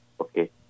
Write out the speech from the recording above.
Okay